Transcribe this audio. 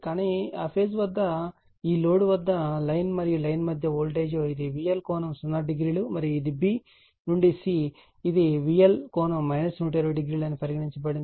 కానీ ఆ ఫేజ్ వద్ద ఈ లోడ్ వద్ద లైన్ మరియు లైన్ మధ్య వోల్టేజ్ ఇది VL ∠ 00 మరియు ఇది b to c ఇది VL ∠ 1200 అని పరిగణించబడింది